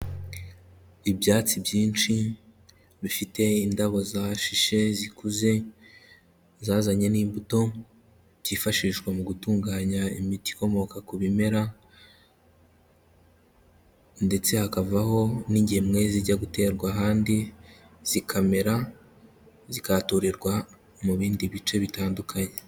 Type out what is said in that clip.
Ibyatsi byinshi bifite indabo zashishe zikuze, zazanye n'imbuto, byifashishwa mu gutunganya imiti ikomoka ku bimera ndetse hakavaho n'ingemwe zijya guterwa ahandi zikamera, zikatorerwa mu bindi bice bitandukanye.